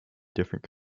different